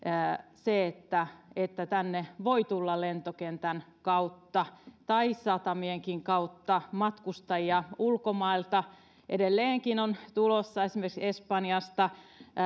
se että että tänne voi tulla lentokentän kautta tai satamienkin kautta matkustajia ulkomailta edelleenkin on tulossa esimerkiksi espanjasta